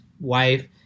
wife